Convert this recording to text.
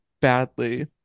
badly